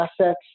assets